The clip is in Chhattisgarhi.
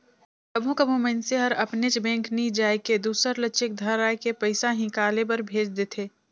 कभों कभों मइनसे हर अपनेच बेंक नी जाए के दूसर ल चेक धराए के पइसा हिंकाले बर भेज देथे